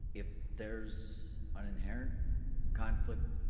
if there's an inherent conflict,